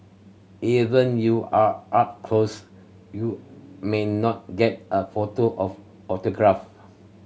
even you are up close you may not get a photo of autograph